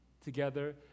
together